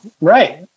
Right